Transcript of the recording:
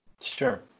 sure